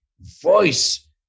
voice